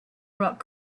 rock